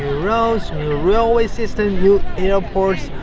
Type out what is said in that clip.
roads, new railway systems, new airports.